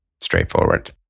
straightforward